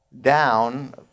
down